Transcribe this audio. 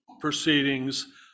proceedings